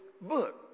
book